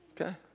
Okay